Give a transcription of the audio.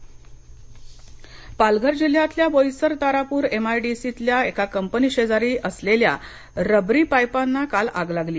पालघर आग पालघर जिल्ह्यातल्या Boisar Tarapur M I D C तल्या एका कंपनी शेजारी असलेल्या रबरी पाईपांना काल आग लागली